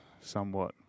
somewhat